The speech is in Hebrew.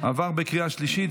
עבר בקריאה שלישית,